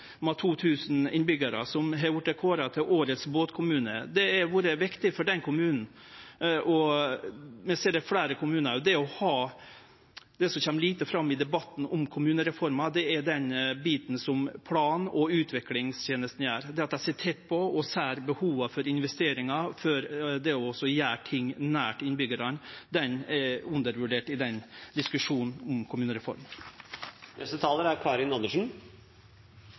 med pengar i den samanhengen. Det har òg vore snakk om at små kommunar ikkje leverer. Eg vil heilt på slutten nemne ein kommune, Midsund, som har 2 000 innbyggjarar, som har vorte kåra til årets båtkommune. Det har vore viktig for den kommunen. Vi ser det òg gjeld fleire kommunar. Det som kjem lite fram i debatten om kommunereforma, er det som plan- og utviklingstenesta gjer. Det at dei sit tett på og ser behova for investeringar og for å gjere ting nært innbyggjarane, er